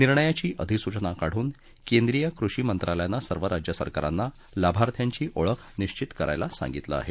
निर्णयाची अधिसूचना काढून केंद्रीय कृषी मंत्रालयान सर्व राज्य सरकारांना लाभार्थ्यांची ओळख निश्वित करायला सांगितलं आहे